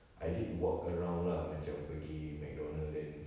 I did walk around lah macam pergi mcdonald's then